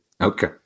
Okay